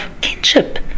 kinship